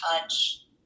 touch